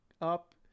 up